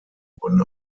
wurden